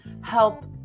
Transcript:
help